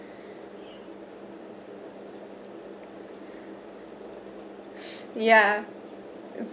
ya